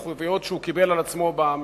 במחויבויות שהוא קיבל על עצמו במכרז,